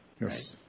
Yes